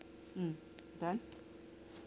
mm done